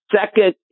second